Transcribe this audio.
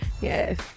yes